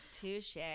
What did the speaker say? touche